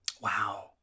Wow